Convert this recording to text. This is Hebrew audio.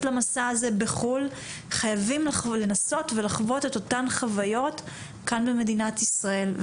למסע הזה בחו"ל חייבים לנסות ולחוות את אותן חוויות כאן במדינת ישראל.